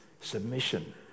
submission